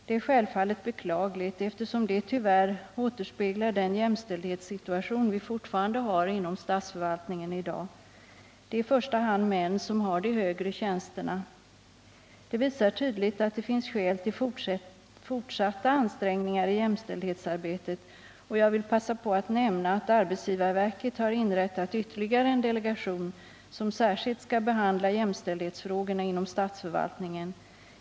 Det är självfallet beklagligt, eftersom det tyvärr återspeglar den jämställdhetssituation vi fortfarande har inom statsförvaltningen i dag. Det är i första hand män som har de högre tjänsterna. Det visar tydligt att det finns skäl till fortsatta ansträngningar i jämställdhetsarbetet, och jag vill passa på att omnämna att arbetsgivarverket har inrättat ytterligare en delegation som särskilt skall behandla jämställdhetsfrågorna inom statsförvaltningen.